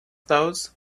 those